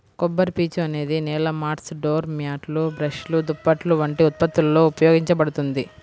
కొబ్బరిపీచు అనేది నేల మాట్స్, డోర్ మ్యాట్లు, బ్రష్లు, దుప్పట్లు వంటి ఉత్పత్తులలో ఉపయోగించబడుతుంది